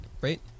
right